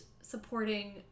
supporting